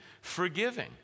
forgiving